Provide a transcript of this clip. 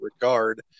regard